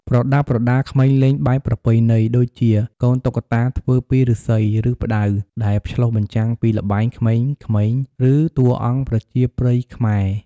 ប្រដាប់ប្រដាក្មេងលេងបែបប្រពៃណី: ដូចជា កូនតុក្កតាធ្វើពីឫស្សី ឬផ្តៅ ដែលឆ្លុះបញ្ចាំងពីល្បែងក្មេងៗ ឬតួអង្គប្រជាប្រិយខ្មែរ។